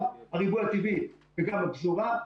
גם הריבוי הטבעי וגם הפזורה.